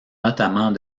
notamment